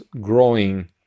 growing